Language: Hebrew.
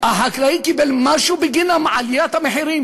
החקלאי קיבל משהו בגין עליית המחירים?